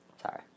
Sorry